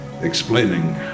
explaining